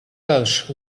welsh